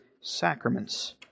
sacraments